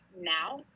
now